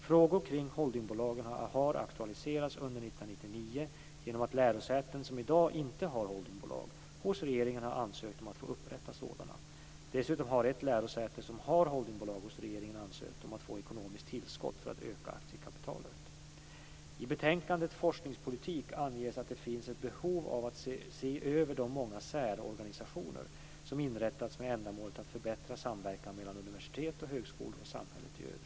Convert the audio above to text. Frågor kring holdingbolagen har aktualiserats under 1999 genom att lärosäten som i dag inte har holdingbolag hos regeringen har ansökt om att få upprätta sådana. Dessutom har ett lärosäte som har holdingbolag hos regeringen ansökt om att få ekonomiskt tillskott för att öka aktiekapitalet. anges att det finns ett behov av att se över de många särorganisationer som inrättats med ändamålet att förbättra samverkan mellan universitet och högskolor och samhället i övrigt.